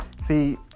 See